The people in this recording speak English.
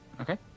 Okay